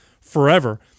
forever